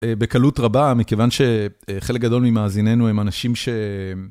בקלות רבה, מכיוון שחלק גדול ממאזיננו הם אנשים ש...